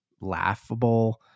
laughable